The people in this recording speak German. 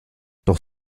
doch